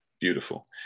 Beautiful